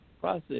Process